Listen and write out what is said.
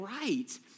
right